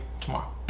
tomorrow